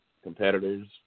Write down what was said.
competitors